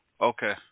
Okay